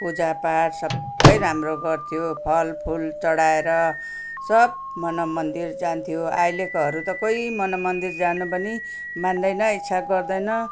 पूजापाठ सबै राम्रो गर्थ्यो फलफुल चढाएर सब मनमन्दिर जान्थ्यो अहिलेकोहरू त कोही मनमन्दिर जान पनि मान्दैन इच्छा गर्दैन